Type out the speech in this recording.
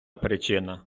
причина